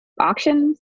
auctions